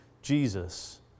Jesus